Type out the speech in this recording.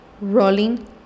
rolling